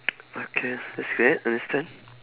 okay that's fair understand